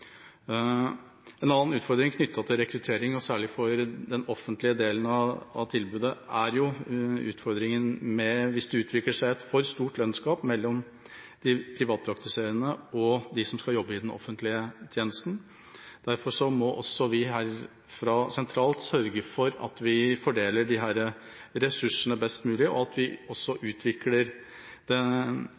En annen utfordring knyttet til rekruttering – og særlig for den offentlige delen av tilbudet – er om det utvikler seg et for stort lønnsgap mellom de privatpraktiserende og dem som skal jobbe i den offentlige tjenesten. Derfor må også vi herfra sentralt sørge for at vi fordeler disse ressursene best mulig, at vi utvikler